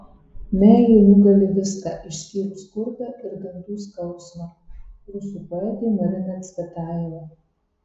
meilė nugali viską išskyrus skurdą ir dantų skausmą rusų poetė marina cvetajeva